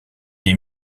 des